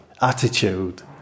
attitude